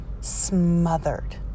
smothered